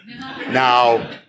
Now